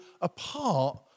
apart